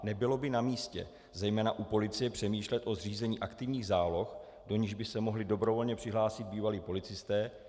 Nebylo by namístě zejména u policie přemýšlet o zřízení aktivních záloh, do nichž by se mohli dobrovolně přihlásit bývalí policisté?